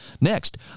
Next